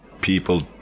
people